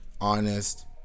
honest